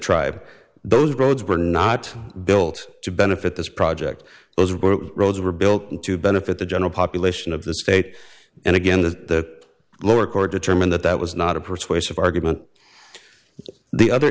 tribe those roads were not built to benefit this project those were roads were built to benefit the general population of the state and again the lower court determined that that was not a persuasive argument the other